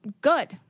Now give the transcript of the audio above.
good